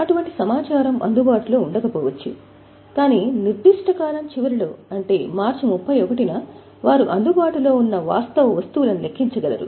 అటువంటి సమాచారం అందుబాటులో ఉండకపోవచ్చు కాని నిర్దిష్ట కాలం చివరిలో అంటే మార్చి 31 న వారు అందుబాటులో ఉన్న వాస్తవ వస్తువులను లెక్కించగలరు